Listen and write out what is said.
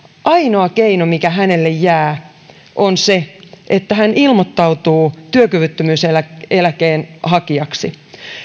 ainoa keino mikä hänelle jää on se että hän ilmoittautuu työkyvyttömyyseläkkeen hakijaksi